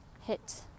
hit